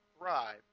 thrive